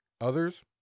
Others